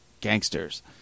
gangsters